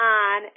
on